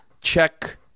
check